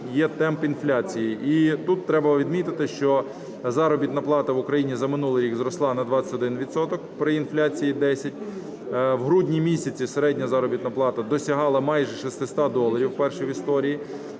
є темп інфляції. І тут треба відмітити, що заробітна плата в Україні за минулий рік зросла на 21 відсоток при інфляції 10. У грудні місяці середня заробітна плата досягала майже 600 доларів уперше в історії,